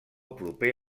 proper